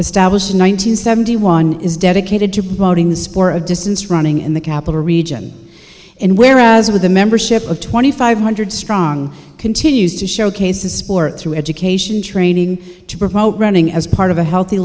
established in one nine hundred seventy one is dedicated to promoting the spore of distance running in the capital region and whereas with a membership of twenty five hundred strong continues to showcase the sport through education training to promote running as part of a healthy